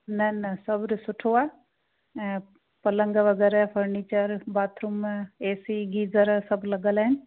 न न सभु जी सुठो आहे ऐं पलंग वग़ैरह फर्नीचर बाथरूम एसी गीजर सभु लॻियल आहिनि